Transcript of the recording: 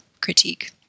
critique